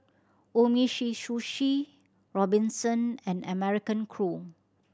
Umisushi Robinson and American Crew